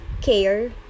care